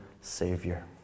savior